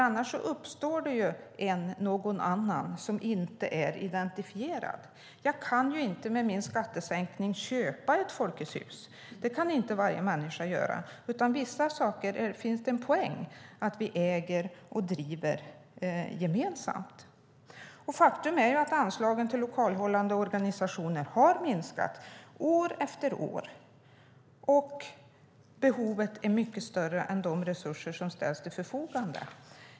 Annars blir det "någon annan", som inte är identifierad. Jag kan inte med min skattesänkning köpa ett folkets hus - det kan inte varje människa göra. Det finns en poäng med att vi äger och driver vissa saker gemensamt. Faktum är att anslagen till lokalhållande organisationer har minskat år efter år, och behovet är mycket större än de resurser som ställs till förfogande.